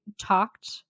talked